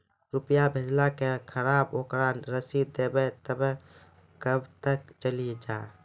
रुपिया भेजाला के खराब ओकरा रसीद देबे तबे कब ते चली जा?